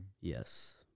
Yes